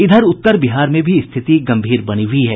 इधर उत्तर बिहार में भी स्थिति गंभीर बनी हुयी है